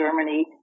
Germany